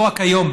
לא רק היום,